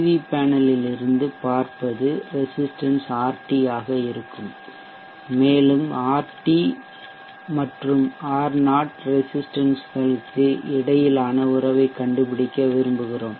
we பேனலில் இருந்து பார்ப்பது ரெசிஸ்ட்டன்ஸ் ஆர்டி ஆக இருக்கும் மேலும் ஆர்டி மற்றும் ஆர்0 ரெசிஸ்ட்டன்ஸ்களுக்கு இடையிலான உறவைக் கண்டுபிடிக்க விரும்புகிறோம்